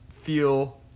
feel